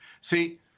See